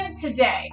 today